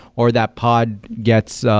or that pod gets